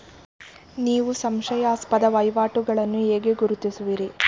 ನೀವು ಸಂಶಯಾಸ್ಪದ ವಹಿವಾಟುಗಳನ್ನು ಹೇಗೆ ಗುರುತಿಸುವಿರಿ?